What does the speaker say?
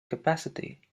capacity